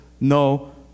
no